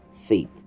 faith